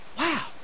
wow